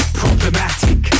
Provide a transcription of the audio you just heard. problematic